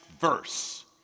verse